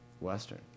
Western